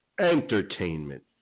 entertainment